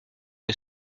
une